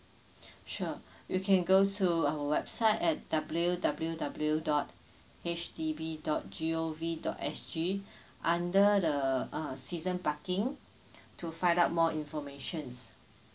sure you can go to our website at w w w dot H D B dot g o v dot s g under the uh season parking to find out more information